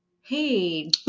hey